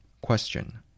Question